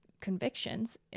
convictions